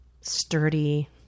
sturdy